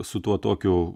su tuo tokiu